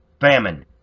famine